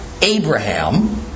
Abraham